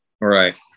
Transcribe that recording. Right